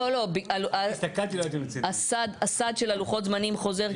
לא, לא, הסד של לוחות הזמנים חוזר.